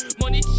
Money